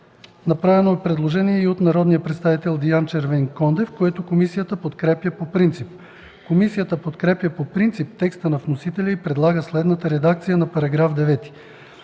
Направено е предложение от народния представител Диан Червенкондев, което комисията подкрепя по принцип. Комисията подкрепя по принцип текста на вносителя и предлага следната редакция на § 9: „§ 9.